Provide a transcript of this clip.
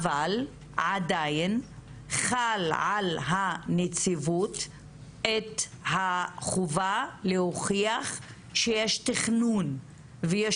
אבל עדיין חלה על הנציבות החובה להוכיח שיש תכנון ויש